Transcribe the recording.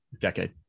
decade